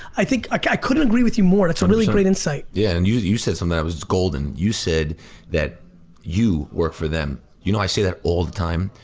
i think ah i couldn't agree with you more. that's a really great insight. yeah. and you you said something that was golden. you said that you work for them. you know, i say that all the time,